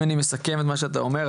אם אני מסכם את מה שאתה אומר,